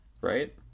right